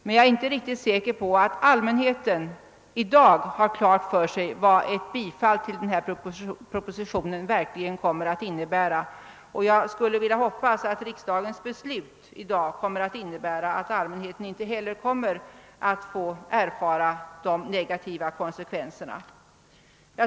Men jag är inte riktigt säker på att folk i allmänhet inser vad ett bifall till propositionen leder till, och jag vill hoppas att riksdagens beslut kommer att innebära att man inte heller får erfara dessa negativa konsekvenser.